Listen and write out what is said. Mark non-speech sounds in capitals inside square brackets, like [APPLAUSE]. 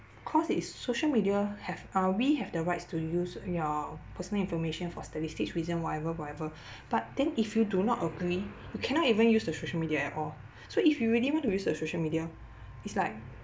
clause is social media have uh we have the rights to use your personal information for statistics reason whatever whatever [BREATH] but then if you do not agree you cannot even use the social media at all so if you really want to use the social media it's like